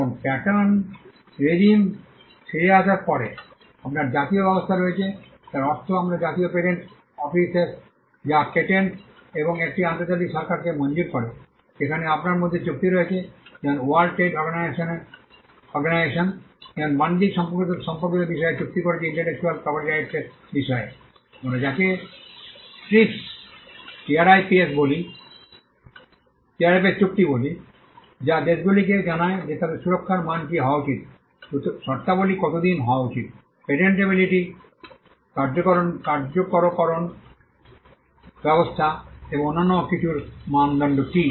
এখন patent regime ফিরে আসার পরে আপনার জাতীয় ব্যবস্থা রয়েছে যার অর্থ আমরা জাতীয় পেটেন্ট অফিসস যা পেটেন্ট এবং একটি আন্তর্জাতিক সরকারকে মঞ্জুর করে যেখানে আপনার মধ্যে চুক্তি রয়েছে যেমন ওয়ার্ল্ড ট্রেড অর্গানাইজেশন যেমন বাণিজ্য সম্পর্কিত বিষয়ে চুক্তি করেছে ইন্টেলেকচুয়াল প্রপার্টিরাইটস এর বিষয়ে আমরা যাকে টিআরআইপিএস চুক্তি বলি যা দেশগুলিকে জানায় যে তাদের সুরক্ষার মান কী হওয়া উচিত শর্তাবলী কত দিন হওয়া উচিত পেটেন্টেবিলিটি কার্যকরকরণ ব্যবস্থা এবং অন্যান্য অনেক কিছুর মানদণ্ড কী